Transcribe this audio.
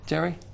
Jerry